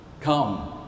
Come